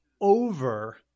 over